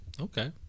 okay